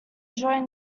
joined